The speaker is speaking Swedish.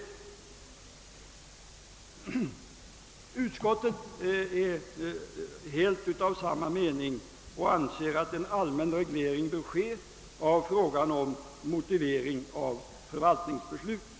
Utskottet ansluter sig helt till samma mening och anser att en allmän reglering bör ske av frågan om motivering av förvaltningsbeslut.